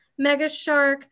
Megashark